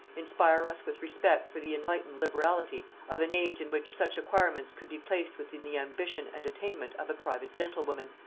inspire us with respect for the enlightened liberality of an age in which such acquirements could be placed within the ambition and attainment of a private gentlewoman,